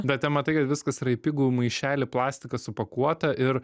bet ten matai kad viskas yra į pigų maišelį plastiką supakuota ir